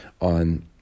on